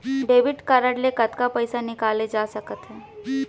Debit card ले कतका पइसा निकाले जाथे सकत हे?